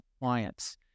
clients